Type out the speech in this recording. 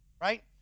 Right